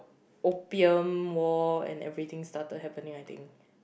Opium war and everything started happening I think